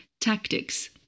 Tactics